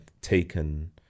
taken